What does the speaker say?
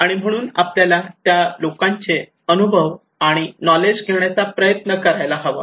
आणि म्हणून आपल्याला त्या लोकांचे अनुभव आणि नॉलेज घेण्याचा प्रयत्न करायला हवा